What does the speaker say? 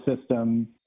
system